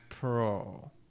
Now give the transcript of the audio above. Pro